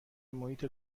محیط